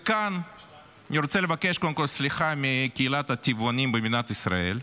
אני רוצה לבקש קודם כול סליחה מקהילת הטבעונים במדינת ישראל,